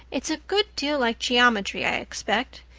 it's a good deal like geometry, i expect.